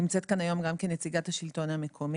אני נמצאת כאן היום גם כנציגת השלטון המקומי.